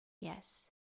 yes